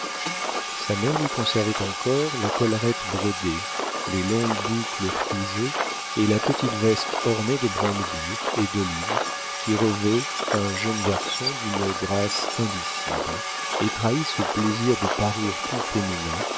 sa mère lui conservait encore la collerette brodée les longues boucles frisées et la petite veste ornée de brandebourgs et d'olives qui revêt un jeune garçon d'une grâce indicible et trahit ce plaisir de parure tout féminin